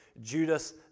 Judas